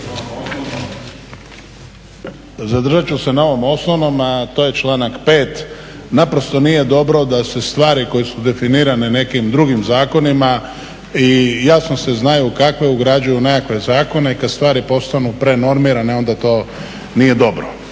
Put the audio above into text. Zadržat ću se na ovom osnovnom, a to je članak 5. Naprosto nije dobro da se stvari koje su definirane nekim drugim zakonima i jasno se znaju kako ugrađuju nekakve zakone kad stvari postanu prenormirane, onda to nije dobro.